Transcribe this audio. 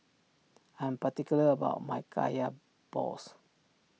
I am particular about my Kaya Balls